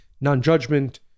Non-judgment